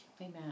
Amen